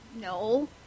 No